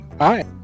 Hi